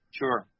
sure